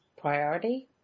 priority